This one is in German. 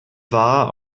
war